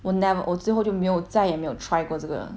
我 never 我最后就没有再也没有 try 过这个